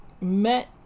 met